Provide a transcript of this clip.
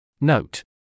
Note